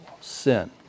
sin